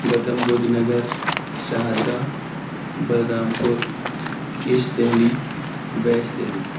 Gautam Buddh Nagar Shahdara Balrampur east Delhi west Delhi